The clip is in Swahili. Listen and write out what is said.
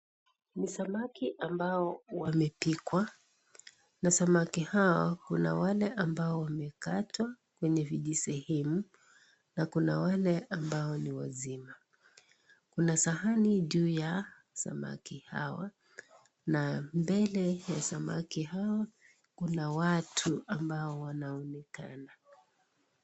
Ni samaki ambao wamepikwa na samaki hao, kuna wale ambao wamekatwa kwenye vijisehemu na kuna wale ambao ni wazima. Kuna sahani juu ya samaki hao na mbele ya samaki hao kuna watu ambao wanaonekana.